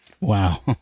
Wow